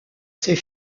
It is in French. ces